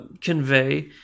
convey